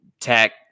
tech